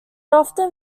often